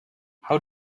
how